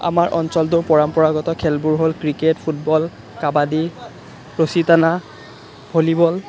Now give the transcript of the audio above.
আমাৰ অঞ্চলটোৰ পৰম্পৰাগত খেলবোৰ হ'ল ক্ৰিকেট ফুটবল কাবাডী ৰছী টানা ভলীবল